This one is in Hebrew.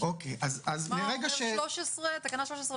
מה אומרת תקנה 13,